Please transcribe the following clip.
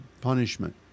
punishment